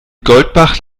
goldbach